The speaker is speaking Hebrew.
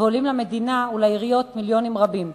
ועולים למדינה ולעיריות מיליונים רבים.